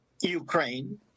Ukraine